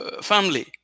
family